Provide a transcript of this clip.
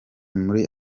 muri